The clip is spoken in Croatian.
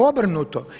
Obrnuto.